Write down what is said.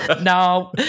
no